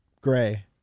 gray